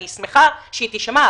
אני שמחה שהיא תשמע,